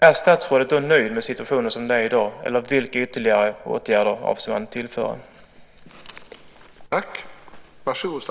Är statsrådet nöjd med hur situationen ser ut i dag eller avser man att vidta ytterligare åtgärder och i så fall vilka?